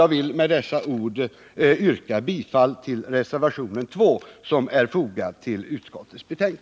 Jag vill med dessa ord yrka bifall till reservationen 2 vid